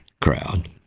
crowd